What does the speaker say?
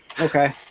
Okay